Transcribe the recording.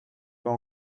pas